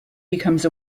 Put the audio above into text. becomes